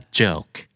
joke